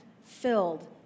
filled